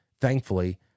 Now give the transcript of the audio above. thankfully